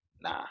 nah